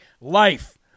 Life